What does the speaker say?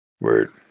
Word